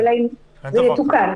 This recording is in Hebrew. השאלה אם זה יתוקן.